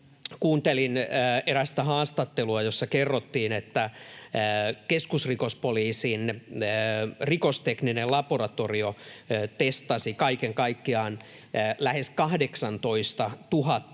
kuuntelin erästä haastattelua, jossa kerrottiin, että keskusrikospoliisin rikostekninen laboratorio testasi kaiken kaikkiaan lähes 18 000